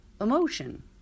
emotion